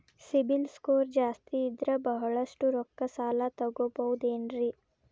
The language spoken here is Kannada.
ಸಿಬಿಲ್ ಸ್ಕೋರ್ ಜಾಸ್ತಿ ಇದ್ರ ಬಹಳಷ್ಟು ರೊಕ್ಕ ಸಾಲ ತಗೋಬಹುದು ಏನ್ರಿ?